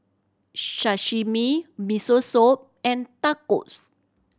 Sashimi Miso Soup and Tacos